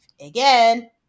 Again